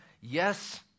yes